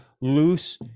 loose